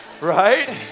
Right